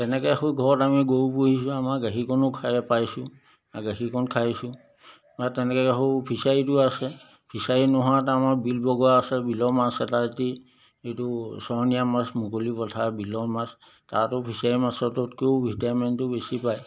তেনেকৈ সৌ ঘৰত আমি গৰু পুহিছোঁ আমাৰ গাখীৰকণো খাই পাইছোঁ গাখীৰকণ খাইছোঁ বা তেনেকৈ সৌ ফিচাৰীটো আছে ফিচাৰী নোহোৱাত আমাৰ বিল বগোৱা আছে বিলৰ মাছ এটা এটি এইটো চৰণীয়া মাছ মুকলি পথাৰ বিলৰ মাছ তাতো ফিচাৰীৰ মাছটোতকৈও ভিটামিনটো বেছি পায়